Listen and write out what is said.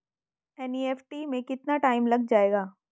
NEFT में कितना time लग जाएगा?